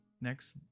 next